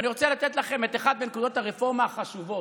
אני רוצה לתת לכם את אחת מנקודות הרפורמה החשובות,